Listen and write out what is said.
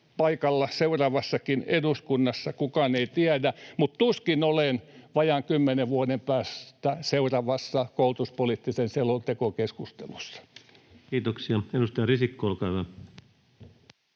paikalla seuraavassakin eduskunnassa, kukaan ei tiedä, mutta tuskin olen vajaan kymmenen vuoden päästä seuraavassa koulutuspoliittisen selonteon keskustelussa. [Speech 209] Speaker: Ensimmäinen